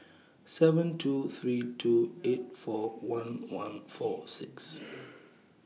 seven two three two eight four one one four six